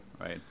right